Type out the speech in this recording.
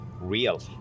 real